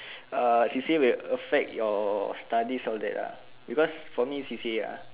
ah she say will affect your studies all that lah because for me she say ah